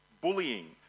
bullying